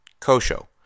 Kosho